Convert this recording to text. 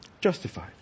Justified